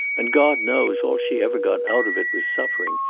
and god knows all she ever got out of it was suffering.